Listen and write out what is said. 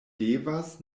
devas